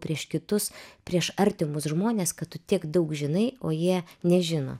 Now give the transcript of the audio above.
prieš kitus prieš artimus žmones kad tu tiek daug žinai o jie nežino